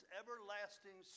everlasting